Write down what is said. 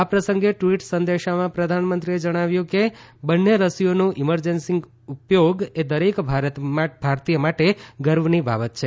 આ પ્રસંગે ટવીટ સંદેશામાં પ્રધાનમંત્રીએ જણાવ્યું છે કે બંને રસીઓનું ઇમરજન્સી ઉપયોગ એ દરેક ભારતીય માટે ગર્વની બાબત છે